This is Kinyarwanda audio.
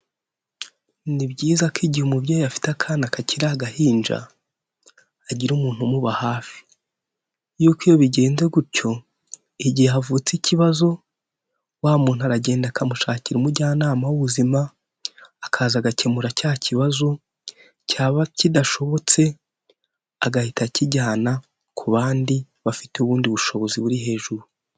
Ni byiza ko igihe umubyeyi afite akana kakiri agahinja, agira umuntu umuba hafi, yuko iyo bigenze gutyo, igihe havutse ikibazo, wa muntu aragenda akamushakira umujyanama w'ubuzima, akaza agakemura cya kibazo, cyaba kidashobotse agahita akijyana ku bandi bafite ubundi bushobozi buri hejuru.